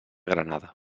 granada